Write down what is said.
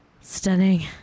Stunning